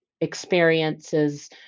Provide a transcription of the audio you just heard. experiences